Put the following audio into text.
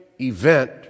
event